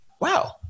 wow